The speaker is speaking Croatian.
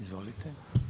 Izvolite.